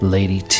Lady